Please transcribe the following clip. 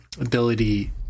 ability